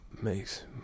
makes